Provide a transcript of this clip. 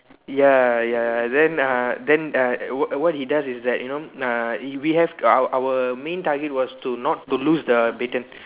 ya ya then uh then uh what what he does is that you know uh we have our our main target was to not to loose the baton